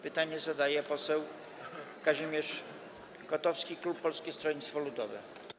Pytanie zadaje poseł Kazimierz Kotowski, klub Polskiego Stronnictwa Ludowego.